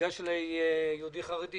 ניגש אליי יהודי חרדי